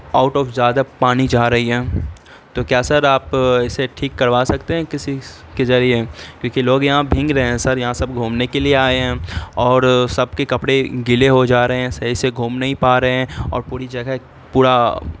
out of زیادہ پانی جا رہی ہیں تو کیا سر آپ اسے ٹھیک کروا سکتے ہیں کسی کے ذریعے کیوںکہ لوگ یہاں بھیگ رہے ہیں سر یہاں سب گھومنے کے لیے آئے ہیں اور سب کے کپڑے گیلے ہو جا رہے ہیں صحیح سے گھوم نہیں پا رہے ہیں اور پوری جگہ پورا